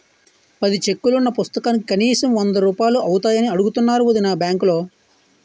పది చెక్కులున్న పుస్తకానికి కనీసం వందరూపాయలు అవుతాయని అడుగుతున్నారు వొదినా బాంకులో